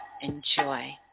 enjoy